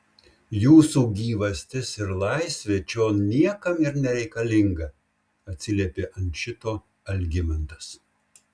jūsų gyvastis ir laisvė čion niekam ir nereikalinga atsiliepė ant šito algimantas